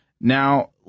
Now